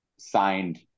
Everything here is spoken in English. signed